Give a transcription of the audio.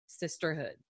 Sisterhood